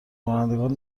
کنندگان